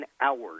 hours